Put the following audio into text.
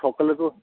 সকালে তো